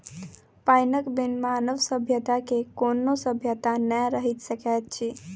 पाइनक बिन मानव सभ्यता के कोनो सभ्यता नै रहि सकैत अछि